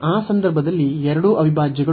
ಆ ಸಂದರ್ಭದಲ್ಲಿ ಎರಡೂ ಅವಿಭಾಜ್ಯಗಳು